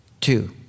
two